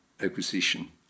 acquisition